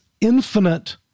infinite